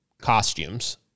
costumes